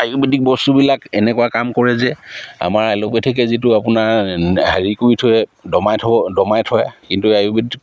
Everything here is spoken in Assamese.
আয়ুৰ্বেদিক বস্তুবিলাক এনেকুৱা কাম কৰে যে আমাৰ এল'পেথিকে যিটো আপোনাৰ হেৰি কৰি থয় দমাই থ'ব দমাই থয় কিন্তু আয়ুৰ্বেদিক